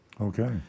Okay